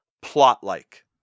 plot-like